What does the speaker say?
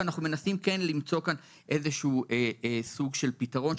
ואנחנו מנסים כן למצוא כאן איזשהו סוג של פתרון,